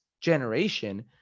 generation